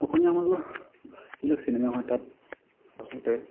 অসমীয়া সমাজৰ যিবিলাক চিনেমা হয় তাত আচলতে